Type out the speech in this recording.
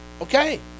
Okay